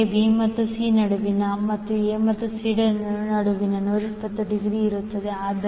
ಅಂತೆಯೇ B ಮತ್ತು C ನಡುವೆ ಮತ್ತು A ಮತ್ತು C ನಡುವೆ 120 ಡಿಗ್ರಿ ಇರುತ್ತದೆ